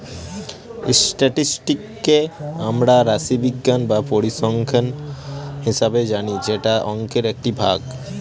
স্ট্যাটিসটিককে আমরা রাশিবিজ্ঞান বা পরিসংখ্যান হিসাবে জানি যেটা অংকের একটি ভাগ